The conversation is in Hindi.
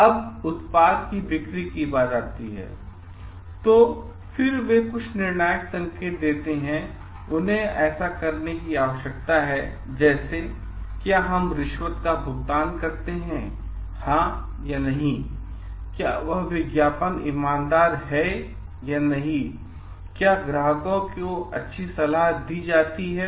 अब जब उत्पाद की बिक्री की बात आती है तो वे फिर से कुछ निर्णायक संकेत देते हैं उन्हें ऐसा करने की आवश्यकता है जैसे कि क्या हम रिश्वत का भुगतान करते हैं हाँ या नहीं क्या वह विज्ञापन ईमानदार हो या नहीं क्या ग्राहकों को अच्छी सलाह दी जाती है